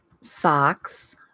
socks